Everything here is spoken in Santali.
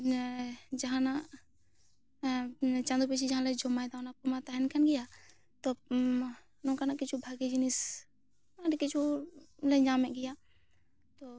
ᱤᱭᱟ ᱡᱟᱦᱟᱱᱟᱜ ᱪᱟᱸᱫᱚ ᱯᱤᱪᱷᱤ ᱡᱟᱦᱟᱸ ᱞᱮ ᱡᱚᱢᱟᱭ ᱫᱟ ᱚᱱᱟ ᱫᱚ ᱛᱟᱦᱮᱱ ᱠᱟᱱ ᱜᱮᱭᱟ ᱛᱚ ᱱᱚᱝᱠᱟᱱᱟᱜ ᱠᱤᱪᱷᱩ ᱵᱷᱟᱜᱮ ᱡᱤᱱᱤᱥ ᱠᱤᱪᱷᱩ ᱞᱟᱹᱭ ᱧᱟᱢᱮᱫ ᱜᱮᱭᱟ